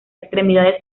extremidades